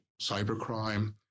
cybercrime